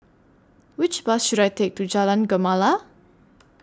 Which Bus should I Take to Jalan Gemala